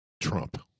Trump